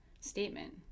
statement